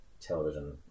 television